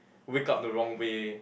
wake up the wrong way